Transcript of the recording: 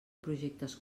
projectes